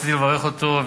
רציתי לברך אותו,